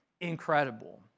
incredible